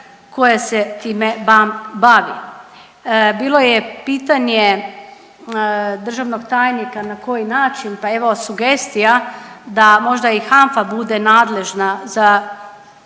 koje se time bavi. Bilo je pitanje državnog tajnika na koji način, pa evo, sugestija da možda i HANFA bude nadležna za